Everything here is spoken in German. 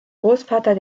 großvater